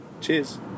cheers